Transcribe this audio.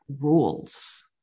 Rules